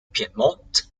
piedmont